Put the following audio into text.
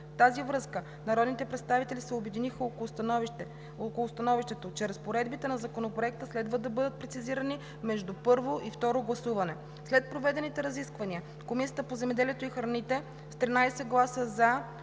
тази връзка народните представители се обединиха около становището, че разпоредбите на Законопроекта следва да бъдат прецизирани между първо и второ гласуване. След проведените разисквания Комисията по земеделието и храните с 13 гласа „за“,